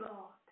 God